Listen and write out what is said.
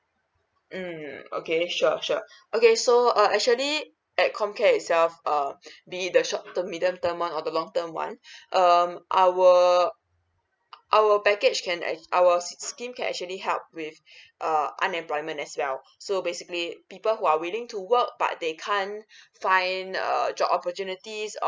mm okay sure sure okay so uh actually at com care itself uh be it the short the middle term one or the long term one um our our package can actu~ our s~ scheme can actually help with uh unemployment as well so basically people who are willing to work but they can't find uh job opportunities